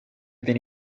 tiene